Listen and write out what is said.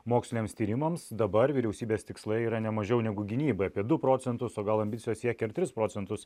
moksliniams tyrimams dabar vyriausybės tikslai yra ne mažiau negu gynybai apie du procentus o gal ambicijos siekia ir tris procentus